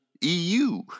EU